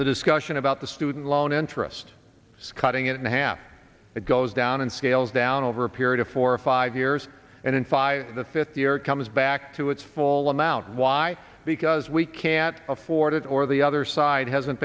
the discussion about the student loan interest cutting it in half it goes down and scales down over a period of four or five years and in five the fifth year comes back to its full amount why because we can't afford it or the other side hasn't